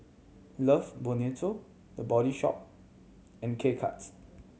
Love Bonito The Body Shop and K Cuts